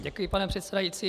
Děkuji, pane předsedající.